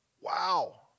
Wow